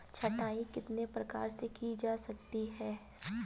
छँटाई कितने प्रकार से की जा सकती है?